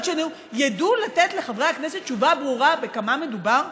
שני ידעו לתת לחברי הכנסת תשובה ברורה בכמה מדובר?